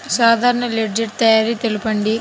సాధారణ లెడ్జెర్ తయారి తెలుపండి?